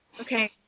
Okay